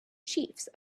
chiefs